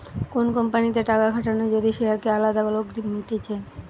কোন কোম্পানিতে টাকা খাটানো যদি শেয়ারকে আলাদা লোক নিতেছে